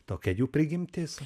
tokia jų prigimtis